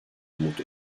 umut